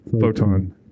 Photon